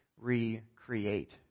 recreate